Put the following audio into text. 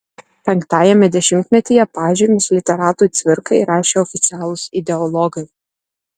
penktajame dešimtmetyje pažymius literatui cvirkai rašė oficialūs ideologai